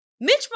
Mitch